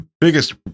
biggest